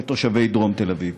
לתושבי דרום תל אביב.